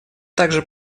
также